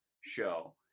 show